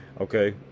okay